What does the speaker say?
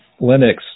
Linux